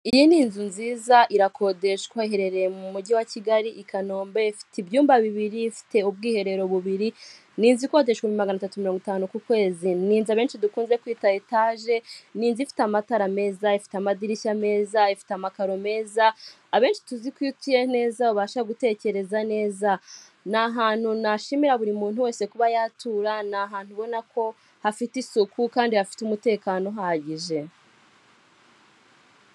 Aba ni abagore ndetse n'abagabo barimo bararahirira igihugu cy'u Rwanda ku mugaragaro yuko inshingano zibahaye bazazikora neza kandi n'imbaraga zabo zose kandi banyujije mu kuri, bafashe ku mabendera y'u Rwanda bazamuye akaboko k'iburyo buri wese afite indangururamajwi imbere ye, arahirira u Rwanda ku mugaragaro yuko inshingano igihugu kimuhaye azazikora neza kandi ntagamiye nabirengaho azahanwe.